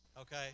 okay